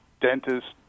dentists